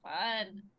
fun